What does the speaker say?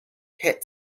hit